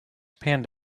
panned